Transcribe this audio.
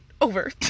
over